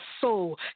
soul